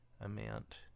amount